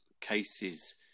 cases